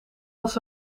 was